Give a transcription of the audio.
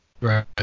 Right